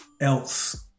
Else